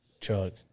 Chug